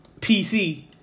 PC